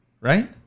right